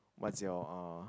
what's your uh